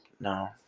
No